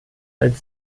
als